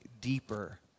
deeper